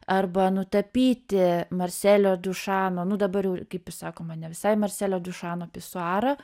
arba nutapyti marselio dušano nu dabar jau kaip ir sakoma ne visai marselio dušano pisuarą